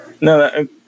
No